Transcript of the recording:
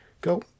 Go